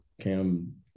Cam